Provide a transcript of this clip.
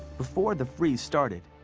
before the freeze started,